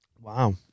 Wow